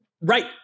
right